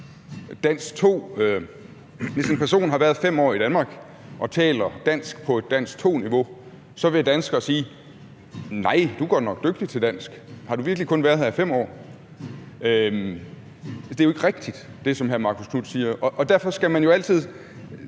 sandt. Hvis en person har været 5 år i Danmark og taler dansk på et danskprøve 2-niveau, så vil danskere sige: Nej, du er godt nok dygtig til dansk – har du virkelig kun været her i 5 år? Så det er jo ikke rigtigt, hvad hr. Marcus Knuth siger. Når man ikke